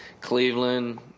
Cleveland